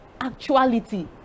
actuality